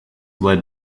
led